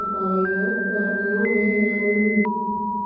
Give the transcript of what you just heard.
उपयोग करना ये या नहीं?